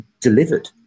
delivered